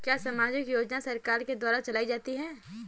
क्या सामाजिक योजना सरकार के द्वारा चलाई जाती है?